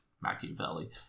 Machiavelli